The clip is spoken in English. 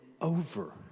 over